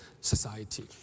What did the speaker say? society